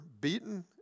beaten